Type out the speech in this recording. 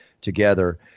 together